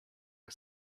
are